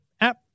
app